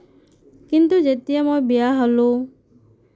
কিন্তু যেতিয়া মই বিয়া হ'লোঁ